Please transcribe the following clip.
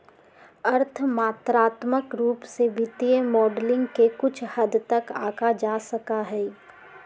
अर्थ मात्रात्मक रूप से वित्तीय मॉडलिंग के कुछ हद तक आंका जा सका हई